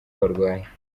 barwaye